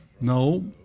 no